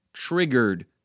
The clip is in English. triggered